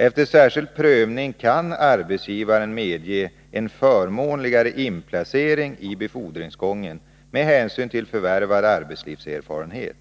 Efter särskild prövning kan arbetsgivaren medge en förmånligare inplacering i befordringsgången med hänsyn till förvärvad arbetslivserfarenhet.